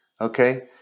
Okay